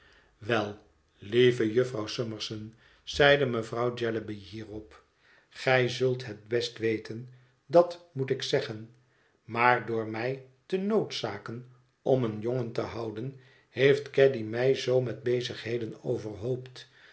wel lieve jufvrouw summerson zeide mevrouw jellyby hierop gij zult het best weten dat moet ik zeggen maar door mij te noodzaken om een jongen te houden heeft caddy mij zoo met bezigheden